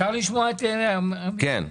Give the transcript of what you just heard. כן.